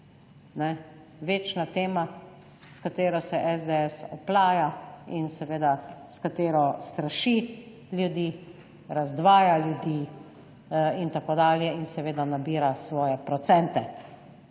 večna tema, s katero se SDS oplaja in seveda s katero straši ljudi, razdvaja ljudi in tako dalje in seveda nabira svoje procente.